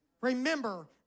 Remember